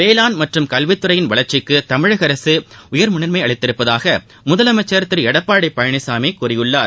வேளாண் மற்றம் கல்வத்துறையின் வளர்ச்சிக்குதமிழகஅரசுஉயர் முன்னுரிமைஅளித்துள்ளதாகமுதலரமைச்சர் திருளடப்பாடிபழனிசாமிகூறியுள்ளார்